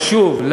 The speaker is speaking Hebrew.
שוב,